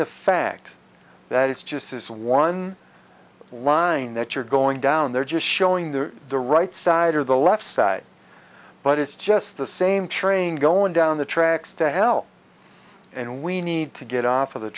the fact that it's just this one line that you're going down there just showing the the right side or the left side but it's just the same train going down the tracks to hell and we need to get off of the